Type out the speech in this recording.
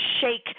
shake